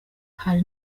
hari